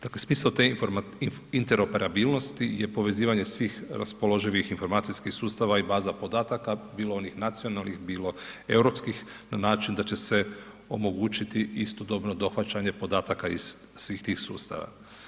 Dakle smisao te interoperabilnosti je povezivanje svih raspoloživih informacijskih sustava i baza podataka, bilo onih nacionalnih, bilo europskih na način da će se omogućiti istodobno dohvaćanje podataka iz svih tih sustava.